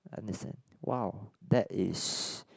understand !wow! that is